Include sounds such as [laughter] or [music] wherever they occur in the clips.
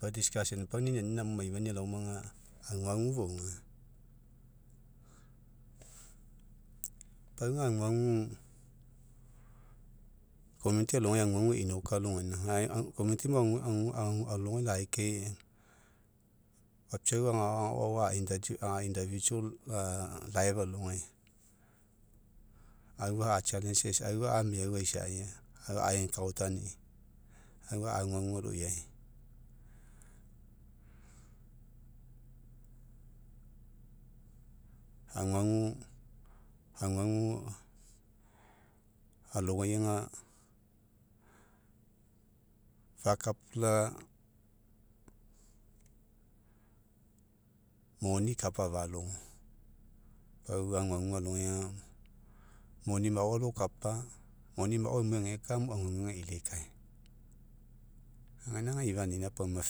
Pau [unintelligible] pau ninianina maifania laoma ga. Aguagu fouga. Pau ga aguagu [unintelligible] alogai aguagu einoka alogaina, [hesitation] alagai laikai, papiau agao agao [hesitation] [unintelligible] a [unintelligible] alogai. Aufa [unintelligible] aufa'a miau aisai, a [unintelligible] ni'i, aufa a'aguagu aloiai. Aguagu, aguagu alogai ga, pakapula, moni ikapa falogo, pau aguagu alogaiga, moni mao alokapa, moni mao emuai ageka, aguaguga eilikae, gaina ifa aninapauma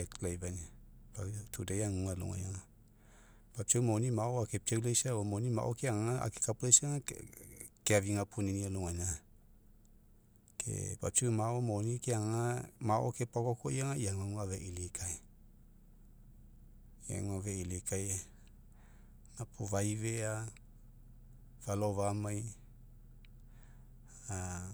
[unintelligible] laifani'i. [unintelligible] aguga alogaiga. papiau moni mao ekepiaulaisa, o moni mao keagaga akekepulaisaga, [hesitation] keafi gapunini alogaina, ke papiau mao, moni keagaga mao kepakokoi, ei oguagu afa eilikae, ei aguagu afa eilikae, gapuo faifea, falao famai, a.